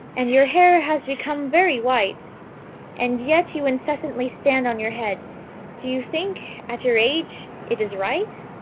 and your hair has become very white and yet you incessantly stand on your head do you think, at your age, it is right